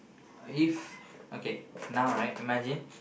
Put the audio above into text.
if okay now right imagine